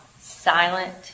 silent